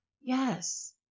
Yes